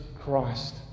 Christ